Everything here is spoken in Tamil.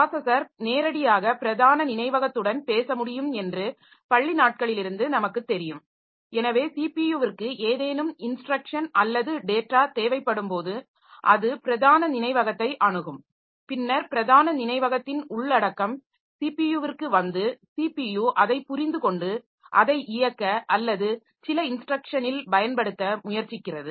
ப்ராஸஸர் நேரடியாக பிரதான நினைவகத்துடன் பேச முடியும் என்று பள்ளி நாட்களிலிருந்து நமக்குத் தெரியும் எனவே ஸிபியுவிற்க்கு ஏதேனும் இன்ஸ்ட்ரக்ஷன் அல்லது டேட்டா தேவைப்படும்போது அது பிரதான நினைவகத்தை அணுகும் பின்னர் பிரதான நினைவகத்தின் உள்ளடக்கம் ஸிபியுவிற்க்கு வந்து ஸிபியு அதைப் புரிந்துகொண்டு அதை இயக்க அல்லது சில இன்ஸ்ட்ரக்ஷனில் பயன்படுத்த முயற்சிக்கிறது